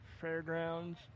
Fairgrounds